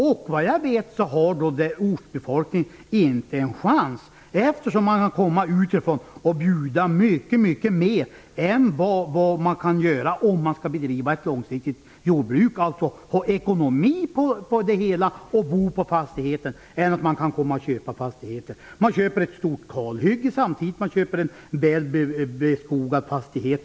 Ortsbefolkningen har inte en chans. Det kommer folk utifrån som kan bjuda mycket mer än vad man kan göra om man skall bedriva ett långsiktigt jordbruk med en bra ekonomi och bo på fastigheten. Man köper ett stort kalhygge samtidigt som man köper en väl beskogad fastighet.